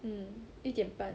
mm 一点半